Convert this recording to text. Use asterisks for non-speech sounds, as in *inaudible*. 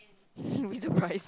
*breath* you'll be surprised